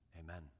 Amen